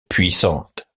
puissante